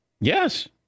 Yes